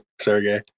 sergey